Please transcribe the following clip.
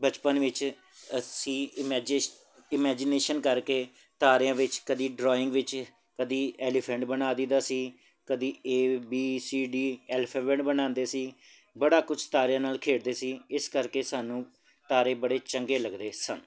ਬਚਪਨ ਵਿੱਚ ਅਸੀਂ ਇਮੈਜਿਸਟ ਇਮੈਜੀਨੇਸ਼ਨ ਕਰਕੇ ਤਾਰਿਆਂ ਵਿੱਚ ਕਦੀ ਡਰਾਇੰਗ ਵਿੱਚ ਕਦੀ ਐਲੀਫੈਂਟ ਬਣਾ ਦੇਈਦਾ ਸੀ ਕਦੀ A B C D alphabet ਬਣਾਉਂਦੇ ਸੀ ਬੜਾ ਕੁਝ ਤਾਰਿਆਂ ਨਾਲ ਖੇਡਦੇ ਸੀ ਇਸ ਕਰਕੇ ਸਾਨੂੰ ਤਾਰੇ ਬੜੇ ਚੰਗੇ ਲੱਗਦੇ ਸਨ